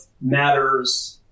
matters